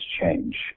change